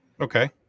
Okay